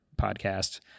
podcast